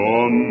on